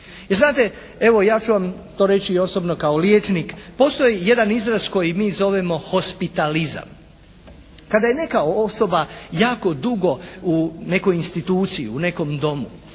znate, evo ja ću vam to reći i osobno kao liječnik postoji jedan izraz koji mi zovemo hospitalizam. Kada je neka osoba jako dugo u nekoj instituciji, u nekom domu,